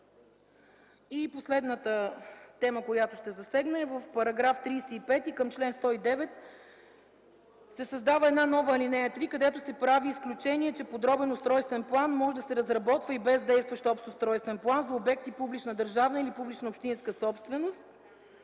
Последната тема, която ще засегна е: в § 35 към чл. 109 се създава нова ал. 3. Там се прави изключение, че подробен устройствен план може да се разработва и без действащ общ устройствен план за обекти публична държавна собственост или публична общинска собственост.